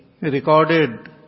recorded